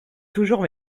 toujours